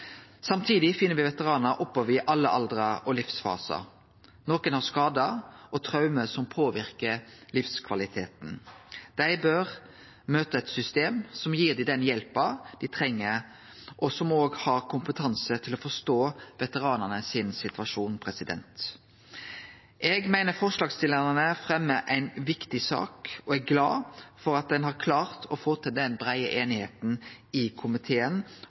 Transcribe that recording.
Samtidig finn me veteranar oppover i alle aldrar og livsfasar. Nokre har skadar og traume som påverkar livskvaliteten. Dei bør møte eit system som gir dei den hjelpa dei treng, og som òg har kompetanse til å forstå veteranane sin situasjon. Eg meiner forslagsstillarane fremjar ei viktig sak og er glad for at ein har klart å få til denne breie einigheita i komiteen